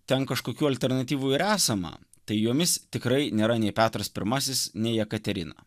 ten kažkokių alternatyvų ir esama tai jomis tikrai nėra nei petras pirmasis nei jekaterina